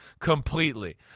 completely